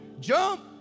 jump